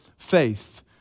Faith